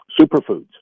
superfoods